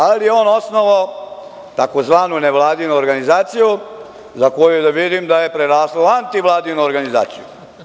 Ali je on osnovao tzv. nevladinu organizaciju za koju vidim da je prerasla u antivladinu organizaciju.